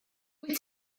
wyt